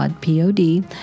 P-O-D